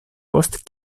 post